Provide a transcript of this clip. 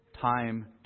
Time